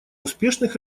успешных